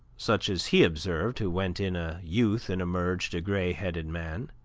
such as he observed who went in a youth and emerged a gray-headed man